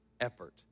effort